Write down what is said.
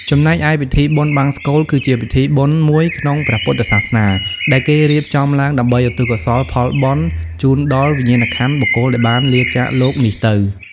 ចំណែកឯពិធីបុណ្យបង្សុកូល គឺជាពិធីបុណ្យមួយក្នុងព្រះពុទ្ធសាសនា ដែលគេរៀបចំឡើងដើម្បីឧទ្ទិសកុសលផលបុណ្យជូនដល់វិញ្ញាណក្ខន្ធបុគ្គលដែលបានលាចាកលោកនេះទៅ។